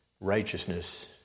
Righteousness